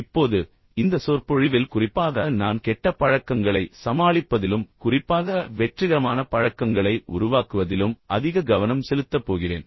இப்போது இந்த சொற்பொழிவில் குறிப்பாக நான் கெட்ட பழக்கங்களை சமாளிப்பதிலும் குறிப்பாக வெற்றிகரமான பழக்கங்களை உருவாக்குவதிலும் அதிக கவனம் செலுத்தப் போகிறேன்